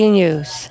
news